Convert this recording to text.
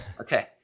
Okay